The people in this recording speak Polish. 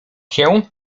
się